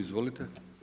Izvolite.